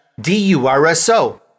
D-U-R-S-O